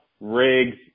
Rigs